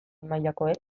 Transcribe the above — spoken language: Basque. mailakoek